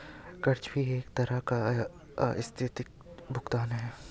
कर्ज भी एक तरह का आस्थगित भुगतान है